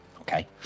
Okay